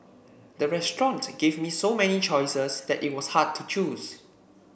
the restaurant gave me so many choices that it was hard to choose